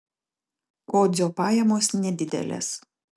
kodzio pajamos nedidelės